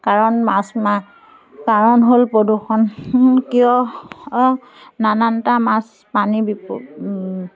কাৰণ মাছ মা কাৰণ হ'ল প্ৰদূষণ কিয় নানানটা মাছ পানী বিপ